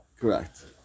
correct